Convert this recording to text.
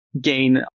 gain